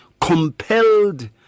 compelled